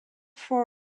for